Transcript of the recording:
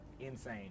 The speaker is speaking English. Insane